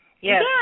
Yes